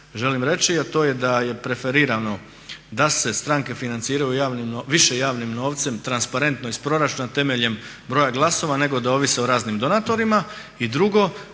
želim reći, a to je da je preferirano da se stranke financiraju više javnim novcem transparentno iz proračuna temeljem broja glasova nego da ovise o raznim donatorima. I drugo,